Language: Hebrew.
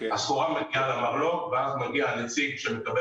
הסחורה מגיעה למרלו ואז מגיע הנציג שמקבל